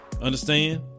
Understand